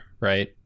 right